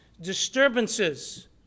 disturbances